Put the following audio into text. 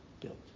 built